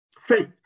Faith